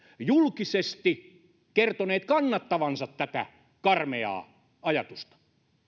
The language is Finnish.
julkisesti kertoneet kannattavansa tätä karmeaa ajatusta